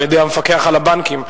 על-ידי המפקח על הבנקים,